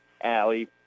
Allie